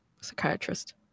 psychiatrist